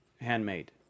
handmade